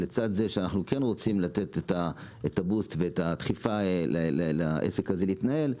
לצד זה שאנחנו כן רוצים לתת את הדחיפה לדבר הזה להתנהל,